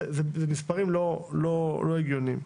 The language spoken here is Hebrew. אלה מספרים לא הגיוניים.